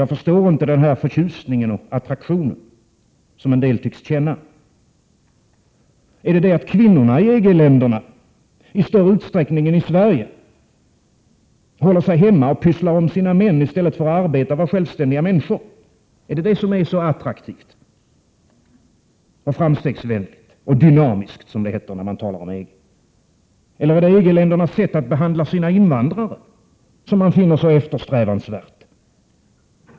Jag förstår inte den förtjusning för och attraktion av EG-länderna som en del tycks känna. Beror det på att kvinnorna i EG-länderna, i större utsträckning äni Sverige, är hemma och pysslar om sina män i stället för att arbeta och vara självständiga människor? Är det detta som attraherar och anses vara framstegsvänligt och dynamiskt? Eller är det EG-ländernas sätt att behandla sina invandrare som man finner så eftersträvansvärt?